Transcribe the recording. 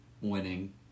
winning